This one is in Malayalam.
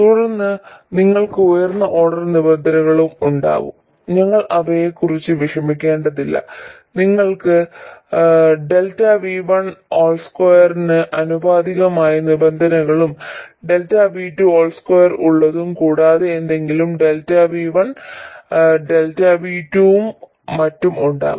തുടർന്ന് നിങ്ങൾക്ക് ഉയർന്ന ഓർഡർ നിബന്ധനകൾ ഉണ്ടാകും ഞങ്ങൾ അവയെ കുറിച്ച് വിഷമിക്കേണ്ടതില്ല നിങ്ങൾക്ക് ΔV12 ന് ആനുപാതികമായ നിബന്ധനകളും Δ V22 ഉള്ളതും കൂടാതെ എന്തെങ്കിലും ΔV1 ΔV2 ഉം മറ്റും ഉണ്ടാകും